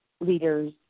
leaders